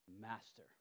master